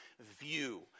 view